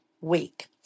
week